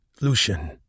Lucian